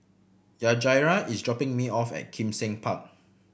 Yajaira is dropping me off at Kim Seng Park